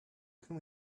can